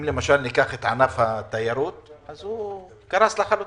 אם ניקח את ענף התיירות כדוגמה - הוא קרס לחלוטין.